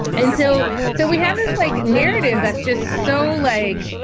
and so so we have this like narrative that's just so like,